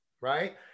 right